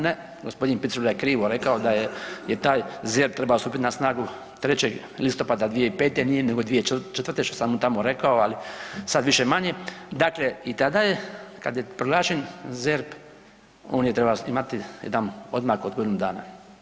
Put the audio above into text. Ne, gospodin Picula je krivo rekao da je taj ZERP trebao stupiti na snagu 3. listopada 2005., nego 2004., što sam mu tamo rekao, ali sada više-manje, dakle i tada je kada je proglašen ZERP on je trebao imati jedan odmak od godinu dana.